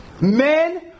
Men